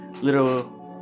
little